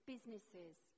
businesses